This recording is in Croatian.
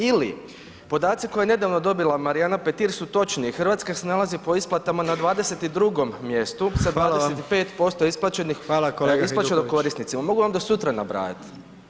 Ili, podaci koje je nedavno dobila Marijana Petir su točni, Hrvatska se nalazi po isplatama na 22 mjestu [[Upadica: Hvala vam.]] sa 25% isplaćenih [[Upadica: Hvala kolega Hajduković.]] korisnicima, mogu vam do sutra nabrajati.